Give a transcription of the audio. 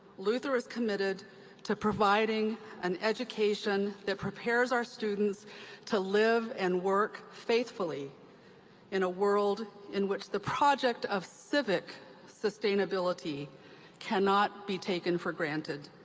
luther is committed to providing an education that prepares our students to live and work faithfully in a world in which the project of civic sustainability cannot be taken for granted.